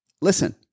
listen